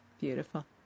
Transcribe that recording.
Beautiful